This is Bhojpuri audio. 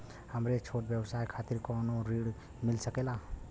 हमरे छोट व्यवसाय खातिर कौनो ऋण मिल सकेला?